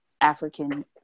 African